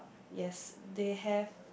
yes they have